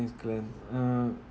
~ks Claire uh